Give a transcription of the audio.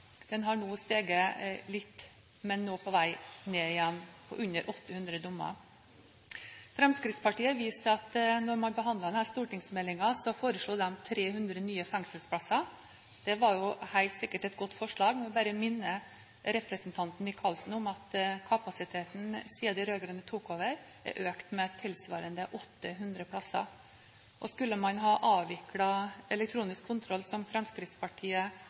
har nå steget litt, men er nå på vei ned igjen – på under 800 dommer. Fremskrittspartiet viser til at da man behandlet denne stortingsmeldingen, foreslo de 300 nye fengselsplasser. Det var helt sikkert et godt forslag. Jeg må bare minne representanten Åse Michaelsen om at kapasiteten siden de rød-grønne overtok, har økt med 800 plasser. Skulle man ha avviklet elektronisk kontroll, som Fremskrittspartiet